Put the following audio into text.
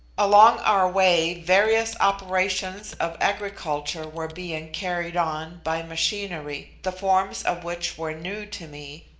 along our way various operations of agriculture were being carried on by machinery, the forms of which were new to me,